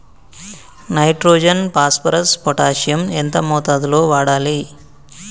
Nitrogen phosphorus potassium ఎంత మోతాదు లో వాడాలి?